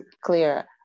clear